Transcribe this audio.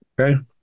Okay